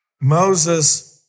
Moses